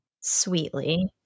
sweetly